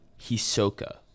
Hisoka